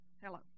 hello